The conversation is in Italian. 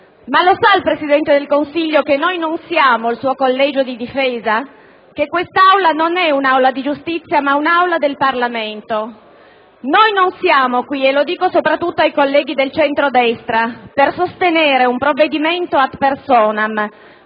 Lo sa il Presidente del Consiglio che noi non siamo il suo collegio di difesa, che quest'Aula non è un'aula di giustizia, ma è un'Aula del Parlamento? Noi non siamo qui - mi rivolgo soprattutto ai colleghi del centrodestra - per sostenere un provvedimento *ad personam*,